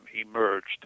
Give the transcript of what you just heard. emerged